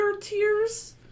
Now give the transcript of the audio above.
tears